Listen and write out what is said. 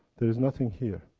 there is nothing here.